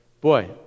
boy